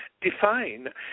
define